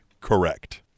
Correct